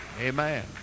amen